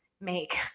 make